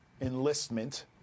enlistment